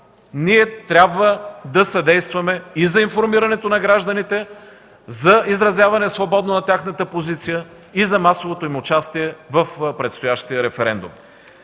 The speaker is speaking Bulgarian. ние трябва да съдействаме и за информирането на гражданите за свободно изразяване на тяхната позиция, и за масовото им участие в предстоящия референдум.